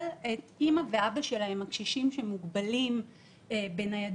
את ההורים הקשישים שלהם שהם מוגבלים בניידות,